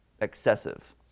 excessive